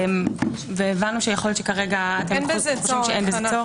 אין בזה צורך.